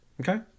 okay